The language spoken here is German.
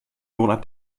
monat